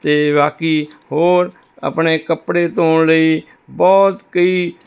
ਅਤੇ ਬਾਕੀ ਹੋਰ ਆਪਣੇ ਕੱਪੜੇ ਧੋਣ ਲਈ ਬਹੁਤ ਕਈ